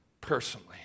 personally